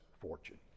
fortune